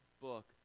book